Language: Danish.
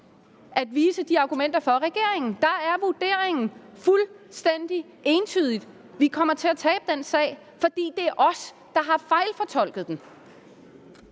at vise de argumenter til regeringen. Der er vurderingen fuldstændig entydig: Vi kommer til at tabe den sag, fordi det er os, der har fejlfortolket den.